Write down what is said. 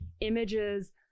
images